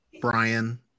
Brian